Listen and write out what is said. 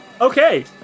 Okay